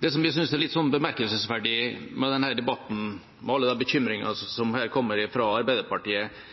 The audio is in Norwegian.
Det som jeg synes er litt bemerkelsesverdig med denne debatten, med alle de bekymringene som kommer fra Arbeiderpartiet,